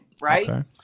Right